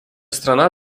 страна